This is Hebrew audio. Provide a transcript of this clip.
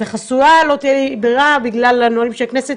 את החסויה לא תהיה לי ברירה בגלל הנהלים של הכנסת